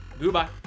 goodbye